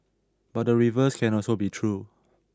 but the reverse can also be true